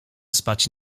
spać